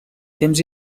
temps